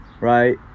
right